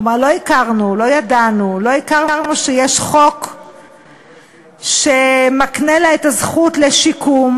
כלומר לא הכרנו ולא ידענו שיש חוק שמקנה לה את הזכות לשיקום,